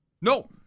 No